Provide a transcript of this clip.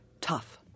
tough